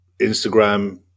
Instagram